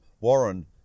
Warren